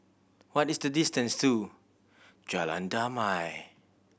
what is the distance to Jalan Damai